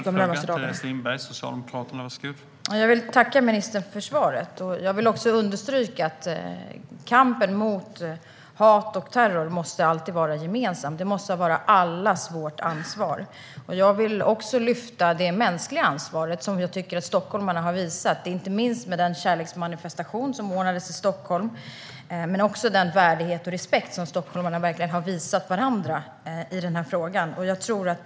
Herr talman! Jag vill tacka ministern för svaret. Jag vill också understryka att kampen mot hat och terror alltid måste vara gemensam. Den måste vara allas vårt ansvar. Jag vill också lyfta fram det mänskliga ansvaret som jag tycker att stockholmarna har visat inte minst med den kärleksmanifestation som ordnades i Stockholm men också den värdighet och respekt som stockholmarna har visat varandra i den här frågan.